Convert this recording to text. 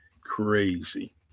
crazy